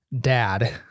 dad